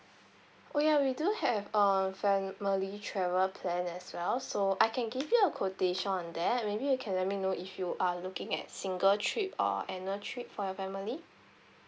oh ya we do have uh family travel plan as well so I can give you a quotation on that maybe you can let me know if you are looking at single trip or annual trip for your family